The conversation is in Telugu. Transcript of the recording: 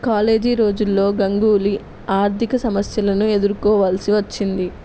కాలేజీ రోజుల్లో గంగూలీ ఆర్థిక సమస్యలను ఎదుర్కోవలసి వచ్చింది